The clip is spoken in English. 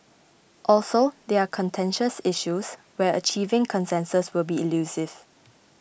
also they are contentious issues where achieving consensus will be elusive